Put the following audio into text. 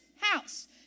house